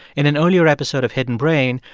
in an earlier episode of hidden brain,